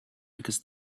because